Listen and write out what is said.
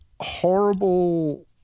horrible